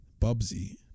Bubsy